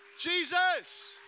Jesus